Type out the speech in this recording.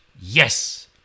Yes